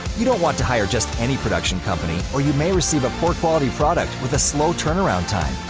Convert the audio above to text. you don't want to hire just any production company or you may receive a poor quality product with a slow turnaround time.